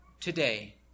today